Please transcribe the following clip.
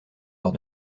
lors